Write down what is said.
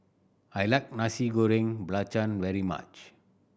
I like Nasi Goreng Belacan very much